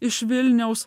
iš vilniaus